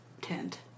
tent